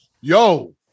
yo